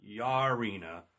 Yarina